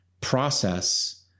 process